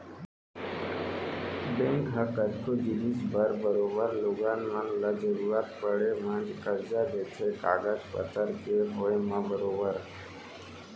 bank ह कतको जिनिस बर बरोबर लोगन मन ल जरुरत पड़े म करजा देथे कागज पतर के होय म बरोबर